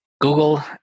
Google